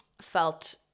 Felt